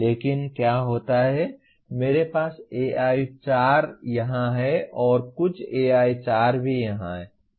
लेकिन क्या होता है मेरे पास AI4 यहां है और कुछ AI4 भी यहां है